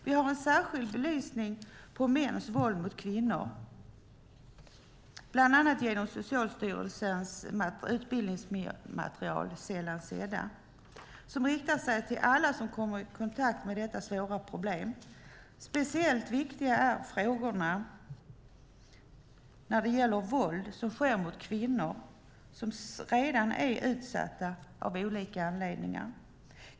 Vi har en särskild belysning på mäns våld mot kvinnor, bland annat genom Socialstyrelsens utbildningsmaterial Sällan sedda , som riktar sig till alla som kommer i kontakt med detta svåra problem. Speciellt viktiga är frågor om våld mot kvinnor som redan är utsatta av olika anledningar.